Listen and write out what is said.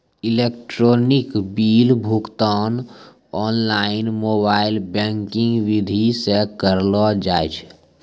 electronic bill भुगतान online mobile banking विधि से करलो जाय छै